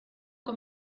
con